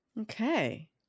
Okay